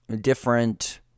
different